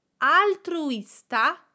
altruista